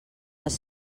els